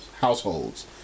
households